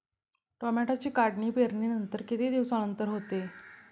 टोमॅटोची काढणी पेरणीनंतर किती दिवसांनंतर होते?